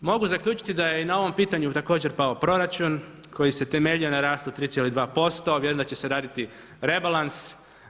Mogu zaključiti da je i na ovom pitanju također pao proračun koji se temeljio na rastu 3,2%, vjerujem da će se raditi rebalans.